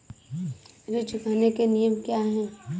ऋण चुकाने के नियम क्या हैं?